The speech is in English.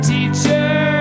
Teacher